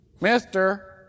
Mister